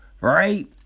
Right